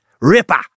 Ripper